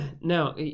Now